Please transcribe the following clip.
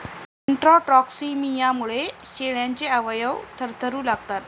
इंट्राटॉक्सिमियामुळे शेळ्यांचे अवयव थरथरू लागतात